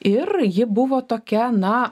ir ji buvo tokia na